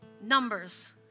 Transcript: numbers